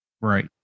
Right